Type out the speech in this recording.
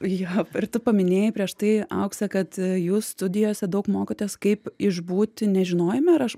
jo ir tu paminėjai prieš tai aukse kad jūs studijose daug mokotės kaip išbūti nežinojime ar aš